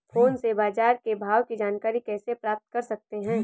Phone से बाजार के भाव की जानकारी कैसे प्राप्त कर सकते हैं?